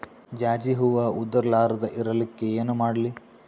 ಜಾಜಿ ಹೂವ ಉದರ್ ಲಾರದ ಇರಲಿಕ್ಕಿ ಏನ ಮಾಡ್ಲಿ?